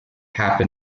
happen